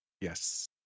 Yes